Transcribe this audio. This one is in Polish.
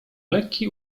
lekki